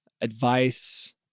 advice